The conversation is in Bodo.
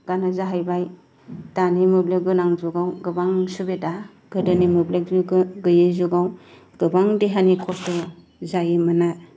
आनो जाहैबाय दानि मोब्लिब गोनां जुगाव गोबां सुबिदा गोदोनि मोब्लिब गैयि जुगाव गोबां देहानि खस्थ' जायोमोन